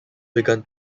begun